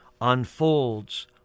unfolds